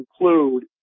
include